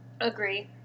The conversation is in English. Agree